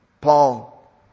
Paul